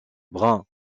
bruns